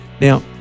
Now